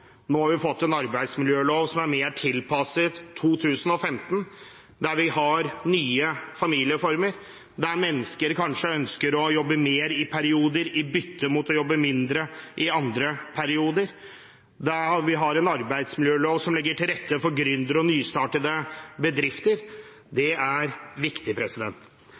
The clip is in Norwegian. Nå har vi fått en arbeidsmiljølov som er mer tilpasset 2015, der vi har nye familieformer, der mennesker kanskje ønsker å jobbe mer i perioder i bytte mot å jobbe mindre i andre perioder, der vi har en arbeidsmiljølov som legger til rette for gründere og nystartede bedrifter. Det er viktig.